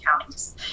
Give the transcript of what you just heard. counties